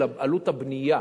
של עלות הבנייה,